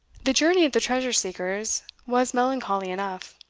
the journey of the treasure-seekers was melancholy enough.